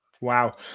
wow